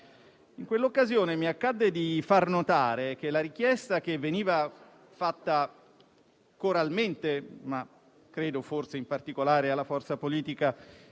In quell'occasione mi accadde di far notare che la richiesta che veniva fatta coralmente (ma credo, forse, in particolare alla forza politica